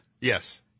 Yes